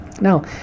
now